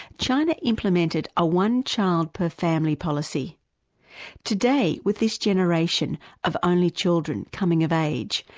china implemented a one child per family policy today with this generation of only children coming of age,